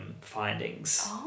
findings